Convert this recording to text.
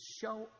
show